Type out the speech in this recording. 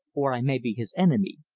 or i may be his enemy.